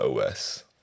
OS